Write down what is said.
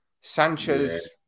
Sanchez